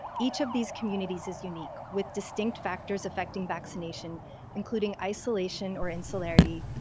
each of these communities is unique, with distinct factors affecting vaccination including isolation or insularity,